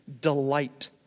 delight